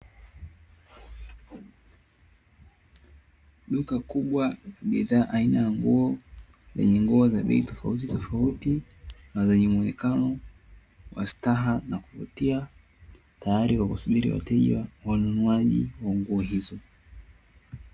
Duka kubwa la bidhaa aina ya nguo, lenye nguo za bei tofautitofauti na zenye muonekano wa staha na kuvutia, tayari kwa kusubiri wateja wanunuaji wa nguo hizo.